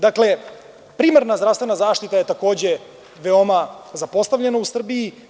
Dakle, primarna zdravstvena zaštita je takođe veoma zapostavljena u Srbiji.